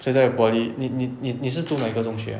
现在的 poly 你你你你是读哪一个中学 ah